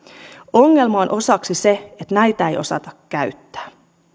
ongelma on osaksi se että näitä ei osata käyttää